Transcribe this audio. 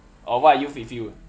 oh what you fee~ feel ah